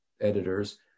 editors